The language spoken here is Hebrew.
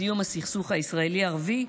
סיום הסכסוך הישראלי ערבי.